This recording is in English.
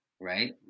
right